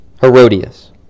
Herodias